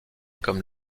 comme